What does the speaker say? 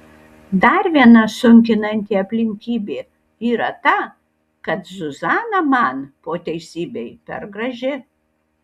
dar viena sunkinanti aplinkybė yra ta kad zuzana man po teisybei per graži